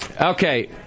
Okay